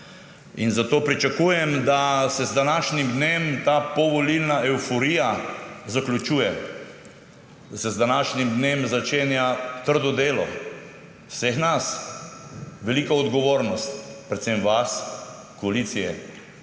Zato pričakujem, da se z današnjim dnem ta povolilna evforija zaključuje, da se z današnjim dnem začenja trdo delo vseh nas, velika odgovornost predvsem vas, koalicije.